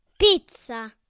Pizza